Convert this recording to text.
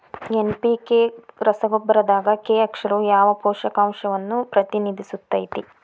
NPK ರಸಗೊಬ್ಬರದಾಗ K ಅಕ್ಷರವು ಯಾವ ಪೋಷಕಾಂಶವನ್ನ ಪ್ರತಿನಿಧಿಸುತೈತ್ರಿ?